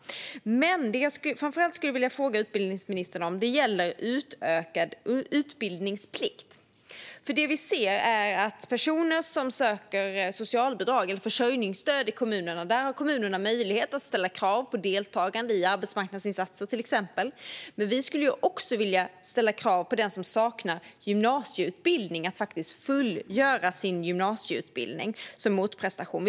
Men det jag framför allt skulle vilja fråga utbildningsministern om gäller utökad utbildningsplikt. När det gäller personer som söker socialbidrag eller försörjningsstöd i kommunerna har kommunerna möjlighet att ställa krav på deltagande i till exempel arbetsmarknadsinsatser, men vi skulle också vilja kunna ställa krav på den som saknar gymnasieutbildning att fullgöra sin gymnasieutbildning som motprestation.